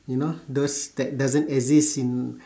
you know those that doesn't exist in